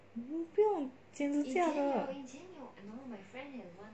不用剪指甲的